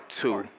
two